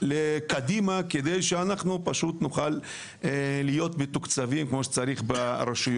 קדימה כדי שאנחנו ברשויות נוכל להיות מתוקצבים כמו שצריך.